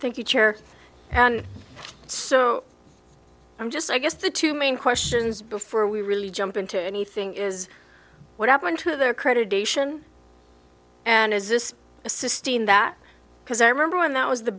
thank you chair and so i'm just i guess the two main questions before we really jump into anything is what happened to their credit dacian and is this assisting that because i remember one that was the